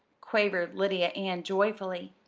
quavered lydia ann joyfully,